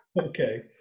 Okay